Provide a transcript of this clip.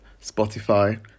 Spotify